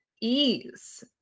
ease